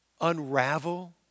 unravel